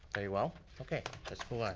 very well. okay, let's go on.